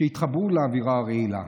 שיתחברו לאווירה הרעילה.